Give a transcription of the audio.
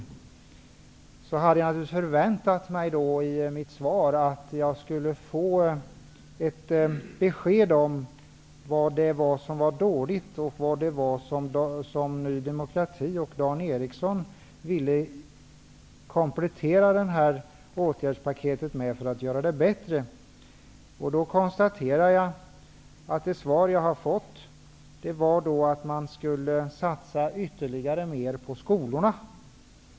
Jag hade naturligtvis förväntat mig att jag skulle få ett besked om vad det var som var så dåligt och vad det var som Ny demokrati och Dan Eriksson ville komplettera det här åtgärdspaketet med för att göra det bättre. Det svar jag har fått är att man skulle satsa mer på skolorna.